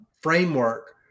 framework